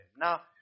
Now